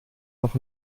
noch